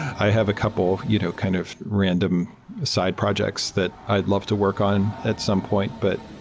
i have a couple you know kind of random side projects that i'd love to work on at some point. but